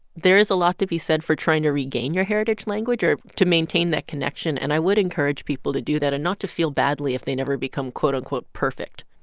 there is a lot to be said for trying to regain your heritage language or to maintain that connection. and i would encourage people to do that and not to feel badly if they never become, quote, unquote, perfect.